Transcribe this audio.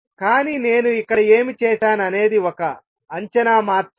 కానీ నేను ఇక్కడ ఏమి చేసాను అనేది ఒక అంచనా మాత్రమే